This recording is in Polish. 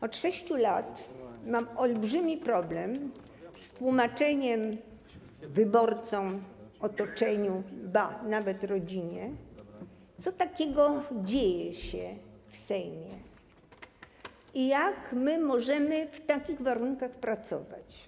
Od 6 lat mam olbrzymi problem z tłumaczeniem wyborcom, otoczeniu, ba, nawet rodzinie, co takiego dzieje się w Sejmie i jak my możemy w takich warunkach pracować.